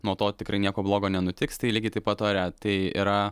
nuo to tikrai nieko blogo nenutiks tai lygiai taip pat ore tai yra